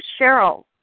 Cheryl